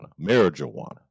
marijuana